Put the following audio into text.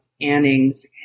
Anning's